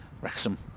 Wrexham